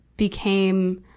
became,